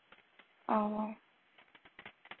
orh